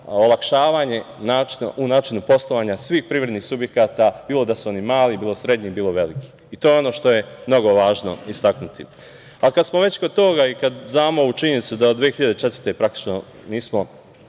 olakšavanje u načinu poslovanja svih privrednih subjekata, bilo da su oni mali, bilo srednji, bilo veliki. To je ono što je mnogo važno istaknuti. Kada smo već kod toga i kad znamo ovu činjenicu da od 2004. godine praktično nismo